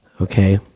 Okay